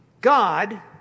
God